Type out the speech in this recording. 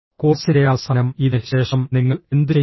കോഴ്സിന്റെ അവസാനം ഇതിന് ശേഷം നിങ്ങൾ എന്തുചെയ്യും